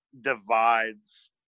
divides